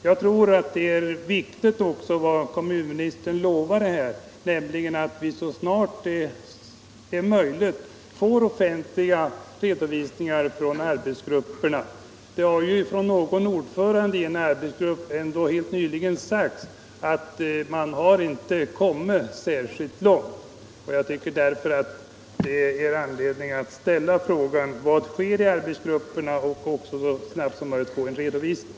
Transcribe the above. Jag tror att det är viktigt vad kommunministern lovade, att vi så snart det är möjligt får offentliga redovisningar från arbetsgrupperna. Någon ordförande i en arbetsgrupp har helt nyligen sagt att man inte har kommit särskilt långt. Det finns därför anledning att fråga vad som sker i arbetsgrupperna. Vi bör så snart som möjligt få en redovisning.